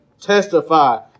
testify